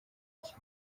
iki